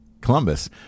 Columbus